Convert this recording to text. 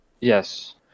Yes